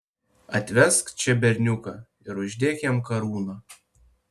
atvesk čia berniuką ir uždėk jam karūną